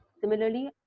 Similarly